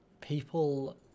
people